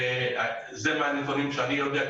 זה מה שאני יודע.